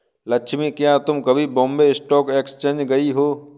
लक्ष्मी, क्या तुम कभी बॉम्बे स्टॉक एक्सचेंज गई हो?